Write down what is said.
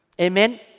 Amen